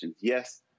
Yes